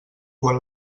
quan